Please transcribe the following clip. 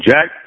Jack